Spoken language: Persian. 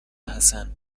حسن